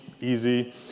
easy